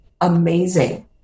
amazing